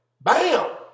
Bam